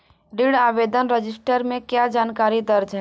ऋण आवेदन रजिस्टर में क्या जानकारी दर्ज है?